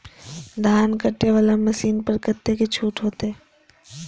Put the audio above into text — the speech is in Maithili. धान कटे वाला मशीन पर कतेक छूट होते?